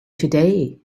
today